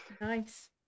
Nice